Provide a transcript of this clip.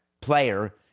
player